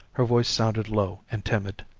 her voice sounded low and timid.